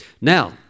Now